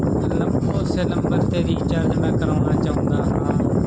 ਨੰ ਉਸੇ ਨੰਬਰ 'ਤੇ ਮੈਂ ਰੀਚਾਰਜ ਮੈਂ ਕਰਾਉਣਾ ਚਾਹੁੰਦਾ ਹਾਂ